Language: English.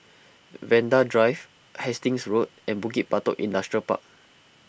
Vanda Drive Hastings Road and Bukit Batok Industrial Park